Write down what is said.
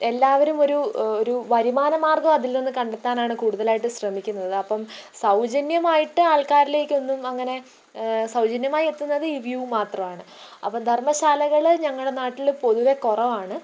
എല്ലാവരും ഒരു ഒരു വരുമാന മാർഗം അതിൽ നിന്ന് കണ്ടെത്താനാണ് കൂടുതലായിട്ടും ശ്രമിക്കുന്നത് അപ്പോള് സൗജന്യമായിട്ട് ആൾക്കാരിലേക്ക് ഒന്നും അങ്ങനെ സൗജന്യമായി എത്തുന്നത് ഈ വ്യൂ മാത്രമാണ് അപ്പോള് ധർമ്മ ശാലകള് ഞങ്ങളുടെ നാട്ടില് പൊതുവെ കുറവാണ്